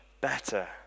better